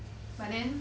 but then